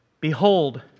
Behold